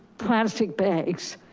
plastic bags,